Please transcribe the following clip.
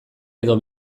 edo